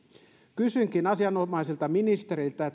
kysynkin asianomaiselta ministeriltä